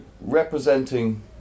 representing